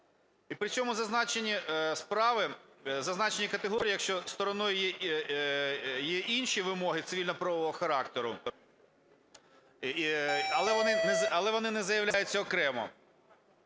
І при цьому зазначені справи, зазначені категорії, якщо стороною є інші вимоги цивільно-правового характеру, але вони не заявляються окремо,